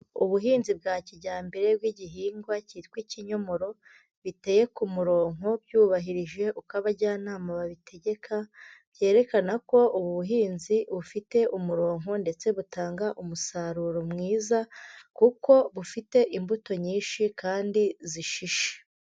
Ubuhinzi bwa kijyambere bw'igihingwa cyitwa ikinyomoro, biteye ku murongo byubahirije uko abajyanama babitegeka, byerekana ko ubu buhinzi bufite umurongo ndetse butanga umusaruro mwiza, kuko bufite imbuto nyinshi kandi zishishe.